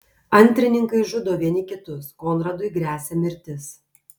antrininkai žudo vieni kitus konradui gresia mirtis